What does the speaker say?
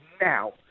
now